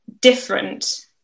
different